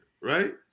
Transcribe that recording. right